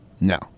No